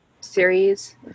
series